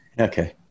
Okay